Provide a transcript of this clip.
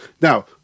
now